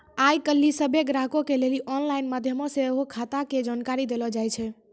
आइ काल्हि सभ्भे ग्राहको के लेली आनलाइन माध्यमो से सेहो खाता के जानकारी देलो जाय छै